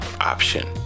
option